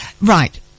right